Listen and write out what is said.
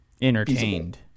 entertained